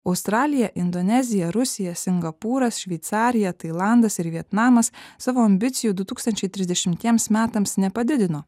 australija indonezija rusija singapūras šveicarija tailandas ir vietnamas savo ambicijų du tūkstančiai trisdešimtiems metams nepadidino